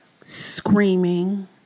screaming